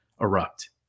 erupt